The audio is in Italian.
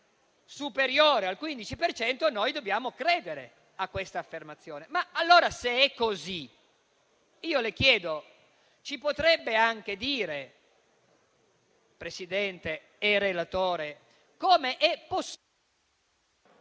superiore al 15 per cento, noi dobbiamo credere a questa affermazione. Ma allora, se è così, io chiedo ci si potrebbe anche dire, Presidente e relatore, come è...